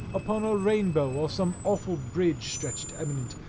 upon a rainbow or some awful bridge stretched eminent,